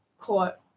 court